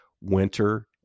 winter